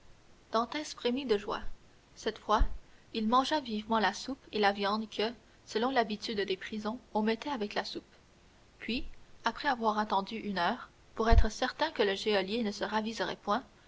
frémit de joie cette fois il mangea vivement la soupe et la viande que selon l'habitude des prisons on mettait avec la soupe puis après avoir attendu une heure pour être certain que le geôlier ne se raviserait point